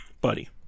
Buddy